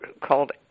called